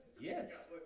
Yes